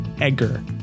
Edgar